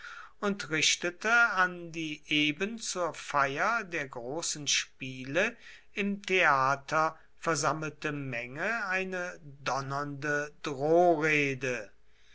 und richtete an die eben zur feier der großen spiele im theater versammelte menge eine donnernde